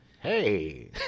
Hey